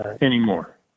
anymore